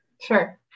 sure